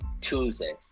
Tuesday